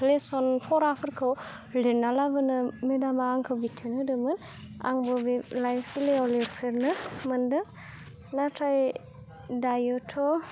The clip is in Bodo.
लेसन फराफोरखौ लिरना लाबोनो मेदामा आंखो बिथोन होदोंमोन आंबो बे लाइ बिलाइयाव लिरफेरनो मोन्दों नाथाय दायोथ'